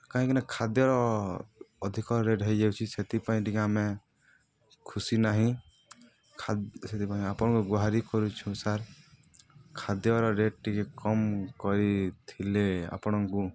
କାହିଁକିନା ଖାଦ୍ୟର ଅଧିକ ରେଟ୍ ହୋଇଯାଉଛି ସେଥିପାଇଁ ଟିକିଏ ଆମେ ଖୁସି ନାହିଁ ସେଥିପାଇଁ ଆପଣଙ୍କୁ ଗୁହାରି କରୁଛୁ ସାର୍ ଖାଦ୍ୟର ରେଟ୍ ଟିକିଏ କମ୍ କରିଥିଲେ ଆପଣଙ୍କୁ